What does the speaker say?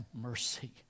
mercy